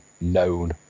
known